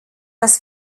das